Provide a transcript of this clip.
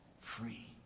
free